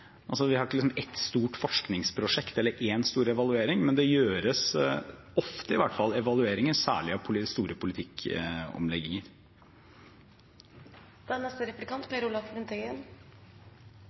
Vi har ikke ett stort forskningsprosjekt eller én stor evaluering, men det gjøres i hvert fall ofte evalueringer, særlig av store politikkomlegginger. Jeg er